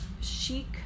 chic